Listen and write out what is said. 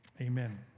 Amen